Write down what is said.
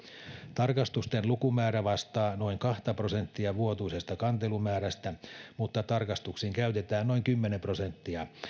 tarkastusten lukumäärä vastaa noin kahta prosenttia vuotuisesta kantelumäärästä mutta tarkastuksiin käytetään noin kymmenen prosenttia